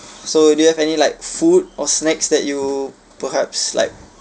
so do you have any like food or snacks that you perhaps like